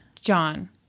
John